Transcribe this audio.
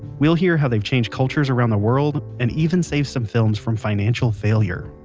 we'll hear how they've changed cultures around the world, and even saved some films from financial failure,